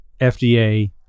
FDA